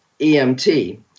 EMT